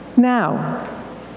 Now